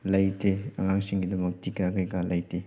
ꯂꯩꯇꯦ ꯑꯉꯥꯡꯁꯤꯡꯒꯤꯗꯝꯛ ꯇꯤꯀꯥ ꯀꯩꯀꯥ ꯂꯩꯇꯦ